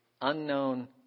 Unknown